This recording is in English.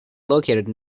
located